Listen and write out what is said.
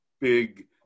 big